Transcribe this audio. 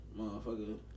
motherfucker